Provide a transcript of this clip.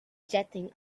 jetting